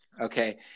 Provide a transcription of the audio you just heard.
Okay